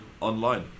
online